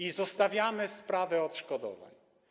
I zostawiamy sprawę odszkodowań.